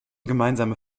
gemeinsame